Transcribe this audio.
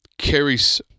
Carries